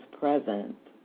present